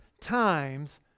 times